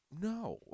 No